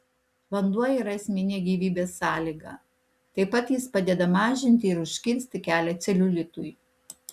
vanduo yra esminė gyvybės sąlyga taip pat jis padeda mažinti ir užkirsti kelią celiulitui